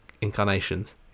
incarnations